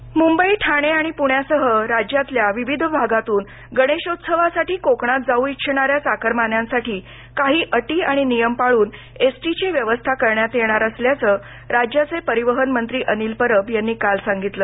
चाकरमानी मुंबई ठाणे आणि पुण्यासह राज्यातील विविध भागातून गणेशोत्सवासाठी कोकणात जाऊ इच्छिणाऱ्या चाकरमान्यांसाठी काही अटी आणि नियम पाळून एसटीची व्यवस्था करण्यात येणार असल्याच राज्याचे परिवहन मंत्री अनिल परब यांनी काल सांगितलं